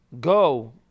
Go